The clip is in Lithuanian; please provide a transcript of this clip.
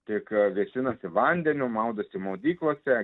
tik vėsinasi vandeniu maudosi maudyklose